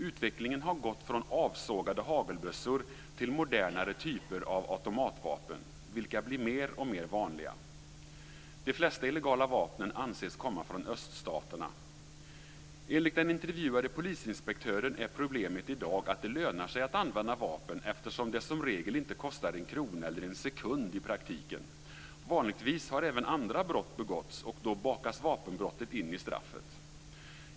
Utvecklingen har gått från avsågade hagelbössor till modernare typer av automatvapen, vilka blir mer och mer vanliga. De flesta illegala vapnen anses komma från öststaterna. Enligt den intervjuade polisinspektören är problemet i dag att det lönar sig att använda vapen eftersom det som regel i praktiken inte kostar en krona eller en sekund. Vanligtvis har även andra brott begåtts, och då bakas vapenbrottet in i straffet.